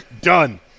Done